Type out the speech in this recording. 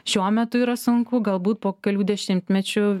šiuo metu yra sunku galbūt po kelių dešimtmečių